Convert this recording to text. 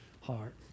heart